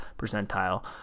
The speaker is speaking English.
percentile